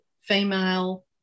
female